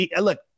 look